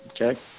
Okay